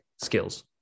skills